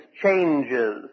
changes